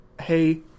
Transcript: Hey